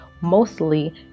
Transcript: mostly